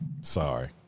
Sorry